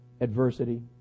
adversity